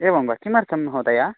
एवं वा किमर्थं महोदया